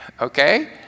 Okay